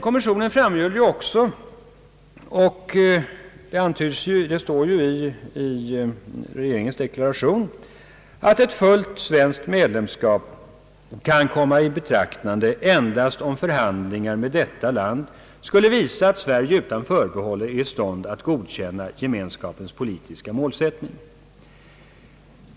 Kommissionen framhöll dessutom att ett »fullt svenskt medlemskap kan komma i betraktande endast om förhandlingar med detta land skulle visa att Sverige utan förbehåll är i stånd att godkänna Gemenskapens politiska målsättning». Det står också i regeringsdeklarationen.